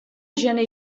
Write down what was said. gener